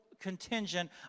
contingent